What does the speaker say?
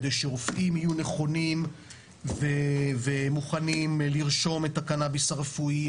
כדי שרופאים יהיו נכונים ומוכנים לרשום את הקנאביס הרפואי,